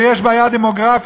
ויש בעיה דמוגרפית,